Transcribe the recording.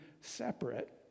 separate